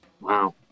wow